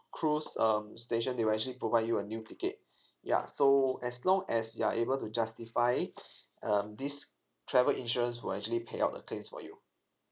cruise um station they will actually provide you a new ticket ya so as long as you are able to justify um this travel insurance will actually pay out the claims for you